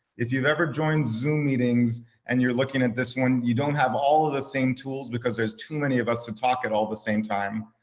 if you've ever joined zoom meetings, and you're looking at this one, you don't have all of the same tools because there's too many of us to talk at all the same time.